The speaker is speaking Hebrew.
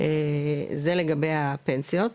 זה לגבי הפנסיות.